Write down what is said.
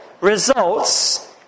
results